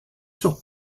sur